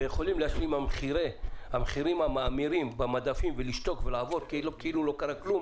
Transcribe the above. רואים את המחירים המאמירים ושותקים ועוברים כאילו לא קרה כלום,